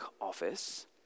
office